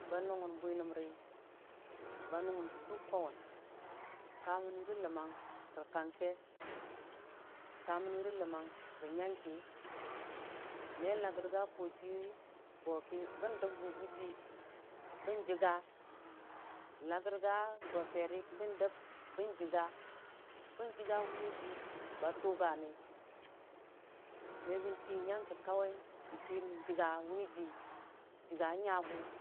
Ba nʊnggən bwiləmri ba nʊngon furdə kwawun ka mon nui ri lammang rə kangke ka mon nuire lommang ro nyəng kə me lage ga kojiiwi boki bon dom gugujii bənjiga lagorga go swer kə bədəm bən jəga bən joga wʊni jii ba tʊgani mebon chi nyəngke n'chi chiga wʊnijiime.